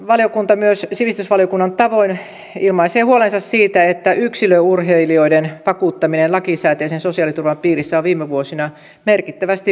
valiokunta myös sivistysvaliokunnan tavoin ilmaisee huolensa siitä että yksilöurheilijoiden vakuuttaminen lakisääteisen sosiaaliturvan piirissä on viime vuosina merkittävästi vähentynyt